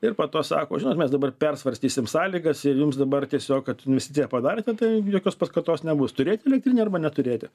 ir po to sako žinot mes dabar persvarstysim sąlygas ir jums dabar tiesiog kad investiciją padarėte tai jokios paskatos nebus turėti elektrinę arba neturėti